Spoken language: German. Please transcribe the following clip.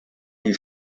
die